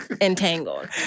Entangled